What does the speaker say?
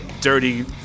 dirty